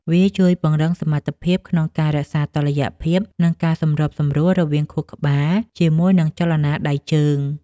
វាជួយពង្រឹងសមត្ថភាពក្នុងការរក្សាតុល្យភាព និងការសម្របសម្រួលរវាងខួរក្បាលជាមួយនឹងចលនាដៃជើង។